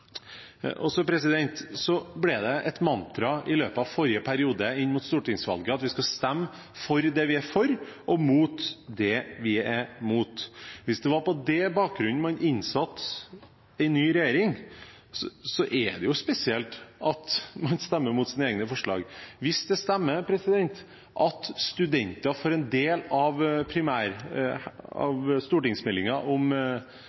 hjelp. Så ble det et mantra i løpet av forrige periode, inn mot stortingsvalget, at vi skal stemme for det vi er for, og imot det vi er imot. Hvis det var på den bakgrunnen man innsatte en ny regjering, er det spesielt at man stemmer imot sine egne forslag. Hvis det stemmer at studentene får en del av stortingsmeldingen om